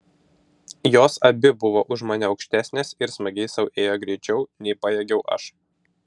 jos abi buvo už mane aukštesnės ir smagiai sau ėjo greičiau nei pajėgiau aš